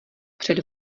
před